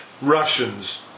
Russians